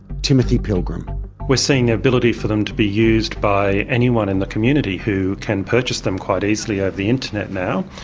timothy pilgrim we're seeing the ability for them to be used by anyone in the community who can purchase them quite easily over ah the internet now.